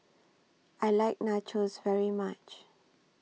I like Nachos very much